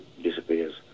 disappears